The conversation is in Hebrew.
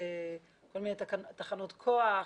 כל מיני תחנות כוח,